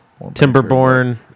Timberborn